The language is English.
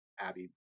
Abby